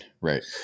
right